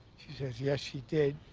she says, yes, she did.